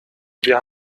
wir